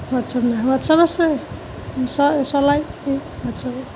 WhatsApp নাই WhatsApp আছে চ চলাই হোৱাট্ছএপ